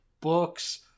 books